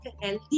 healthy